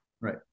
Right